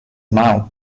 mouth